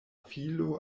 filo